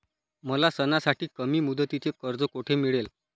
मला सणासाठी कमी मुदतीचे कर्ज कोठे मिळेल?